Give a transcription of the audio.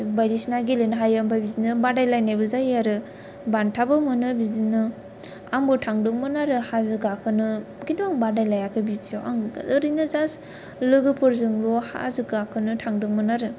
बायदिसना गेलेनो हायो ओमफ्राय बिदिनो बादायलायनायबो जायो आरो बान्थाबो मोनो बिदिनो आंबो थांदोंमोन आरो हाजो गाखोनो खिन्थु आं बांद्राय बादायलायाखै बिदियाव एरैनो जाष्ट लोगोफोरजोंल' हाजो गाखोनो थांदोंमोन आरो